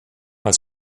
als